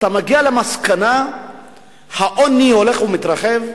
אתה מגיע למסקנה שהעוני הולך ומתרחב,